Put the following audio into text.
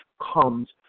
comes